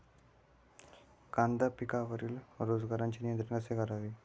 कांदा पिकावरील रोगांचे नियंत्रण कसे करावे?